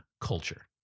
culture